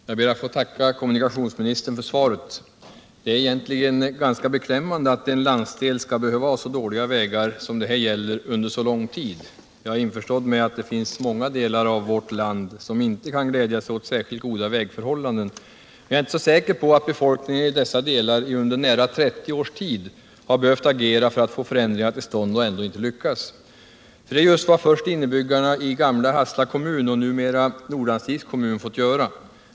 Herr talman! Jag ber att få tacka kommunikationsministern för svaret. Det är egentligen ganska beklämmande au en landsdel skall behöva ha så dåliga vägar under så lång tid. Jag förstår att många delar av vårt land inte kan glädja sig åt särskilt goda vägförhållanden, men jag är inte så säker på att befolkningen i dessa delar under nira 30 års tid utan att lyckas har arbetat för att få en ändring till stånd. Det är just vad innebyggarna i gamla Hassela kommun och nu invånarna i Nordanstigs kommun fått göra.